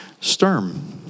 Sturm